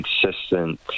consistent